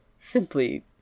simply